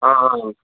ಹಾಂ ಹಾಂ